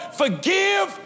forgive